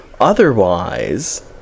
Otherwise